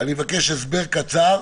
אני מבקש הסבר קצר.